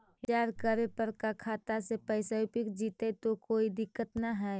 Recharge करे पर का खाता से पैसा उपयुक्त जितै तो कोई दिक्कत तो ना है?